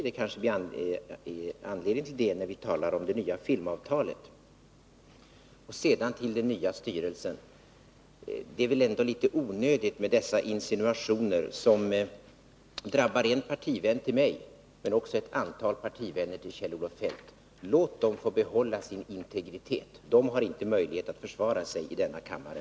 Det kanske blir anledning till det när vi talar om det nya filmavtalet. När det gäller den nya styrelsen tycker jag att det är onödigt med dessa insinuationer, som drabbar en partivän till mig, men också ett antal partivänner till Kjell-Olof Feldt. Låt dem få behålla sin integritet! De har inte möjlighet att försvara sig i denna kammare.